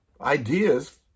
ideas